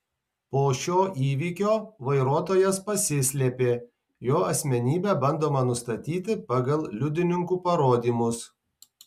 po šio įvykio vairuotojas pasislėpė jo asmenybę bandoma nustatyti pagal liudininkų parodymus